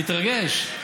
תתרגש,